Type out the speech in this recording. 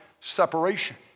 separation